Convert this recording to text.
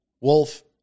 Wolf